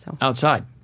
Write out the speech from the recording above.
Outside